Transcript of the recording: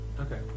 Okay